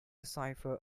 cipher